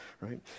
right